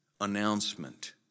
announcement